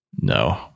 no